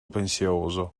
pensieroso